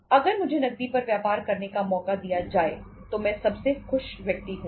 अगर मुझे नकदी पर व्यापार करने का मौका दिया जाए तो मैं सबसे खुश व्यक्ति हूंगा